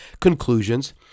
conclusions